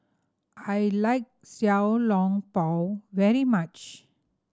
I like Xiao Long Bao very much